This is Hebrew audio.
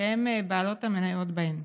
הן בעלות המניות בהם.